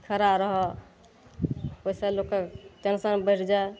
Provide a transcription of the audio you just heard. खड़ा रहऽ ओहिसे लोकके टेंशन बढ़ि जाइ